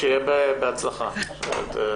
שיהיה בהצלחה.